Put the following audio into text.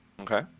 Okay